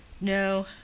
No